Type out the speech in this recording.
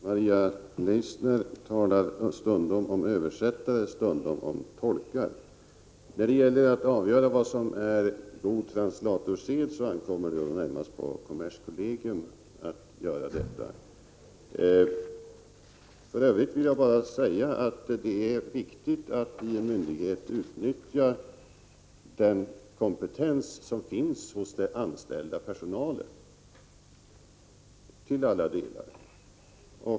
Herr talman! Maria Leissner talar stundom om översättare, stundom om tolkar. När det gäller att avgöra vad som är god translatorsed ankommer det närmast på kommerskollegium att göra detta. För övrigt vill jag bara säga att det är viktigt att en myndighet till alla delar utnyttjar den kompetens som finns hos den anställda personalen.